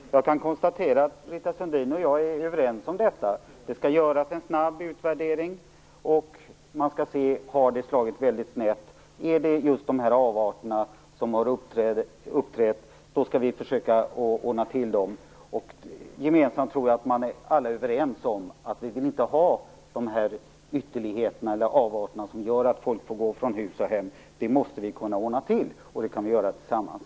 Fru talman! Jag kan konstatera att Britta Sundin och jag är överens om att det skall göras en snabb utvärdering och att man skall se om det har slagit väldigt snett. Om just de nämnda avarterna har uppträtt, skall vi försöka att ordna till det. Jag tror att vi alla är överens om att vi inte vill ha de ytterligheter och avarter som gör att folk får gå från hus och hem. Detta måste vi kunna ordna till, och det kan vi göra tillsammans.